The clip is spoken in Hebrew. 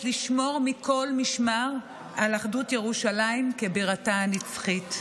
לשמור מכל משמר על אחדות ירושלים כבירתה הנצחית.